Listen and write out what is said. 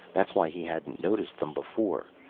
that's why he hadn't noticed them before.